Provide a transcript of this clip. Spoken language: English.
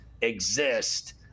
exist